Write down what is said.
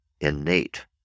innate